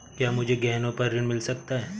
क्या मुझे गहनों पर ऋण मिल सकता है?